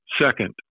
Second